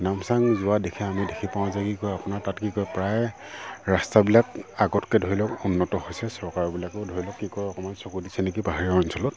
নামচাং যোৱা দিশে আমি দেখা পাওঁ যে কি কয় আপোনাৰ তাত কি কয় প্ৰায় ৰাস্তাবিলাক আগতকৈ ধৰি লওক উন্নত হৈছে চৰকাৰবিলাকেও ধৰি লওক কি কয় অকণমান চকু দিছে নেকি পাহাৰীয়া অঞ্চলত